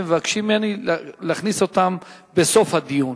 ומבקשים אותי להכניס אותם בסוף הדיון.